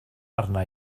arna